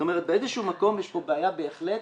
באיזשהו מקום יש פה בעיה בהחלט,